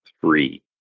three